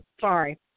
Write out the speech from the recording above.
Sorry